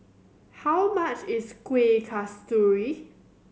how much is Kuih Kasturi